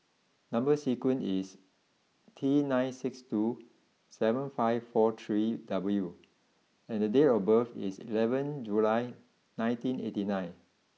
number sequence is T nine six two seven five four three W and the date of birth is eleven July nineteen eighty nine